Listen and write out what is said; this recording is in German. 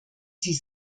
sie